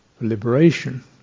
liberation